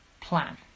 plan